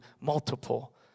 multiple